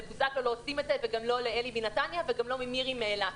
לבוזגלו לא עושים את זה וגם לא לאלי מנתניה וגם לא למירי מאילת.